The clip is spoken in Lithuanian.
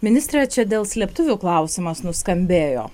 ministre čia dėl slėptuvių klausimas nuskambėjo